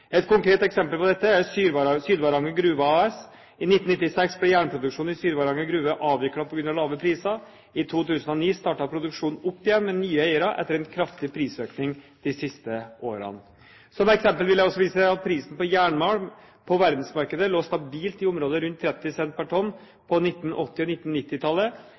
Et konkret eksempel på dette er Sydvaranger Gruve AS. I 1996 ble jernproduksjonen i Sydvaranger Gruve avviklet på grunn av lave priser. I 2009 startet produksjonen opp igjen med nye eiere etter en kraftig prisøkning de siste årene. Som eksempel vil jeg vise til at prisen på jernmalm på verdensmarkedet lå stabilt i området rundt 30 cent pr. tonn på 1980- og